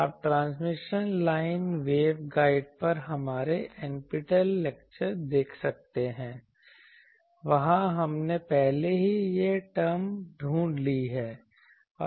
आप transmission line waveguide पर हमारे NPTEL लेक्चर देख सकते हैं वहां हमने पहले ही ये टरम ढूंढ ली हैं